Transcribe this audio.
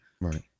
Right